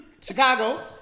Chicago